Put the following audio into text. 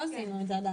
לא עשינו את זה עדיין.